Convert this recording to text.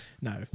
no